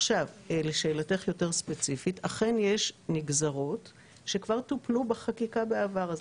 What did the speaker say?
לשאלתך באופן יותר ספציפי אכן יש נגזרות שכבר טופלו בחקיקה בעבר.